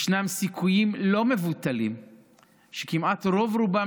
ישנם סיכויים לא מבוטלים שכמעט רוב-רובם